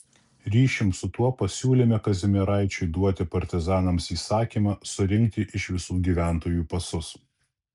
ryšium su tuo pasiūlėme kazimieraičiui duoti partizanams įsakymą surinkti iš visų gyventojų pasus